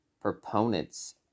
proponents